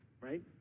right